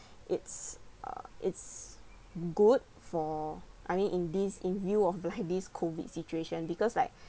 it's uh it's good for I mean in these in view of like this COVID situation because like